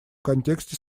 контексте